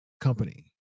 company